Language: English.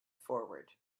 forward